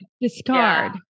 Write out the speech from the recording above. Discard